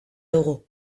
dugu